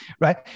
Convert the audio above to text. right